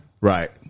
right